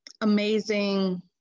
amazing